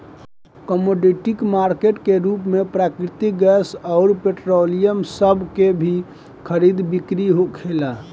commodity market के रूप में प्राकृतिक गैस अउर पेट्रोलियम सभ के भी खरीद बिक्री होखेला